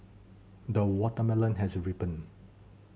the watermelon has ripened